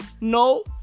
No